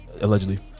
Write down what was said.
Allegedly